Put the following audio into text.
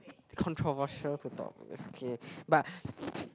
controversial to talk is okay but